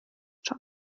schon